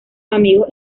amigos